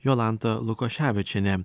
jolanta lukoševičienė